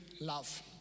love